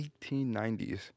1890s